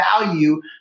value